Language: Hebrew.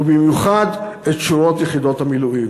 ובמיוחד את שורות יחידות המילואים.